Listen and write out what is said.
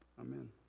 amen